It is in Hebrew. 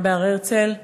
וגם בהר הרצל.